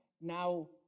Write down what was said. now